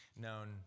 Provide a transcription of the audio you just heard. known